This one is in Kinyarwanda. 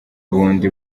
bundi